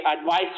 advice